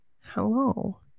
hello